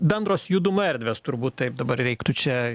bendros judumo erdvės turbūt taip dabar reiktų čia